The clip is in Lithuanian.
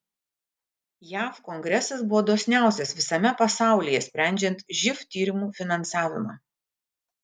jav kongresas buvo dosniausias visame pasaulyje sprendžiant živ tyrimų finansavimą